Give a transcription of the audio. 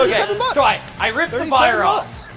ah yeah um ah so i i ripped the buyer off.